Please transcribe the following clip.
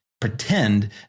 pretend